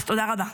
אז תודה רבה.